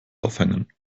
aufhängen